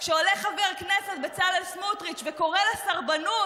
כשעולה חבר הכנסת בצלאל סמוטריץ וקורא לסרבנות,